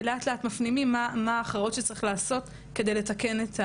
ולאט-לאט מפנימים מה ההכרעות שצריך לעשות כדי לתקן את התמחור.